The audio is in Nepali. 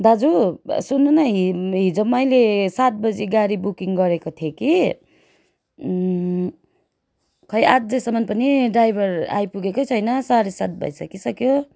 दाजु सुन्नुहोस् न हि हिज मैले सात बजी गाडी बुकिङ गरेको थिएँ कि खोइ अझैसम्म पनि ड्राइभर आइपुगेकै छैन साँढे सात भइसकिसक्यो